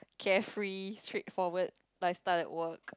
carefree straightforward lifestyle at work